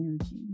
energy